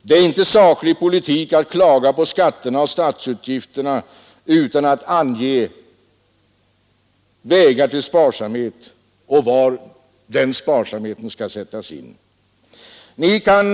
Det är inte saklig politik att klaga på skatterna och statsutgifterna utan att ange vägar till sparsamhet och var den sparsamheten skall sättas in.